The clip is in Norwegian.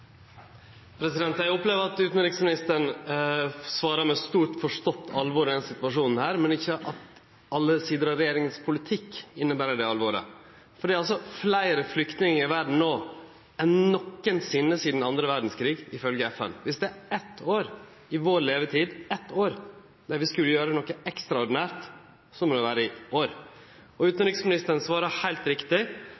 Eg opplever at utanriksministeren svarer med stort, forstått alvor i denne situasjonen, men ikkje alle sider av regjeringa sin politikk ber med seg det alvoret. Det er fleire flyktningar i verda no enn nokosinne sidan den andre verdskrigen, ifølgje FN. Om det er eitt år i vår levetid at vi skulle gjere noko ekstraordinært, må det vere i år.